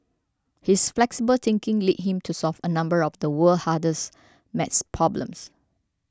his flexible thinking led him to solve a number of the world hardest maths problems